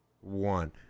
one